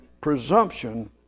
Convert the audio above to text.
presumption